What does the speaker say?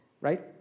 right